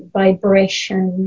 vibration